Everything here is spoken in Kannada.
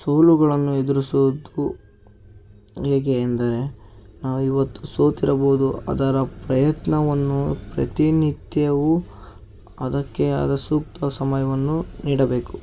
ಸೋಲುಗಳನ್ನು ಎದುರಿಸುವುದು ಹೇಗೆ ಎಂದರೆ ನಾವು ಇವತ್ತು ಸೋತಿರಬಹುದು ಅದರ ಪ್ರಯತ್ನವನ್ನು ಪ್ರತಿನಿತ್ಯವೂ ಅದಕ್ಕೆ ಆದ ಸೂಕ್ತ ಸಮಯವನ್ನು ನೀಡಬೇಕು